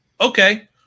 Okay